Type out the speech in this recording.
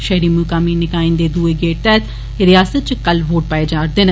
शैहरी मुकामी निकाए दे दुए गेड़ तैहत रियासता च कल वोट पाएं जारदे न